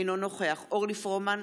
אינו נוכח אורלי פרומן,